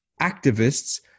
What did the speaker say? activists